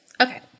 Okay